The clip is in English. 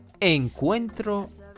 Encuentro